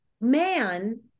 man